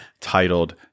titled